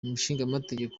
umushingamateka